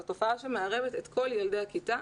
זאת תופעה שמערבת את כל ילדי הכיתה